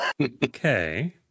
Okay